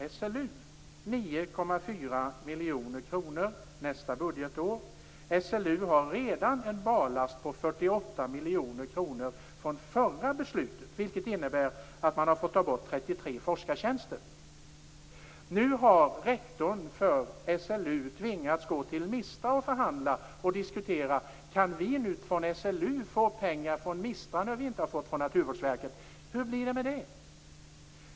Det handlar om 9,4 miljoner kronor nästa budgetår. SLU har redan en barlast på 48 miljoner kronor från förra beslutet, vilket innebär att man fått ta bort 33 forskartjänster. Nu har rektorn för SLU tvingats gå till MISTRA och förhandla om huruvida SLU kan få pengar från MISTRA när man inte fått från Naturvårdsverket. Hur blir det med detta?